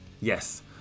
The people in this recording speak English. Yes